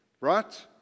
Right